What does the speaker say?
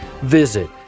Visit